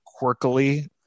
quirkily